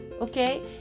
okay